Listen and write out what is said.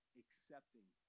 accepting